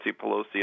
Pelosi